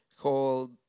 called